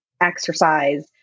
exercise